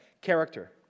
character